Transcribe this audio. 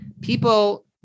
people